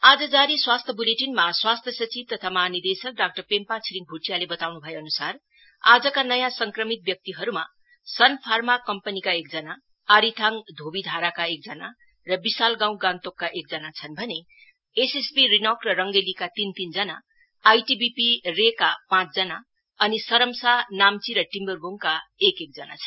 आज जारी स्वास्थ्य प्लेटिनमा स्वास्थ्य सचिव तथा महा निर्देशक डाक्टर पेम्पा छिरिङ भ्टियाले बताउन् भए अन्सार आज नयाँ सक्रमित व्यक्तिहरूमा सन फर्मा कम्पनीका एकजना आरिथाङ धोवीधाराका एकजना विशाल गाउँ गान्तोकका एकजना छन् भने एसएसबी रिनाक र रंगेलीका तीन तीनजना आइटीबीपी रेका पाँचजना अनि सरमसा र नाम्ची र टिम्ब्रब्डका एकएकजना छन्